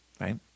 right